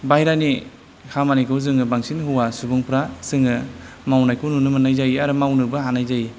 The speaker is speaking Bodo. बाहेरानि खामानिखौ जोङो बांसिन हौवा सुबुंफ्रा जोङो मावनायखौ नुनो मोननाय जायो आरो मावनोबो हानाय जायो